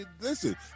listen